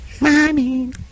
Mommy